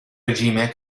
regime